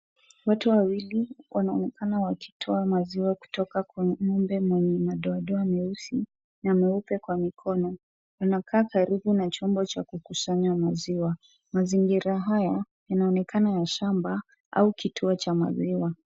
Watu wawili wanaonekana wakitoa maziwa kutoka kwenye ng'ombe mwenye madoadoa meusi na mweupe kwa mikono. Anakaa karibu na chombo cha kukusanya maziwa. Mazingira haya inaonekana ya shamba au kituo cha maziwa.